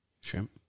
shrimp